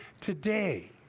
today